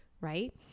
right